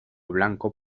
blanco